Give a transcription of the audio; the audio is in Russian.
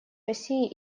россией